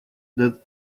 that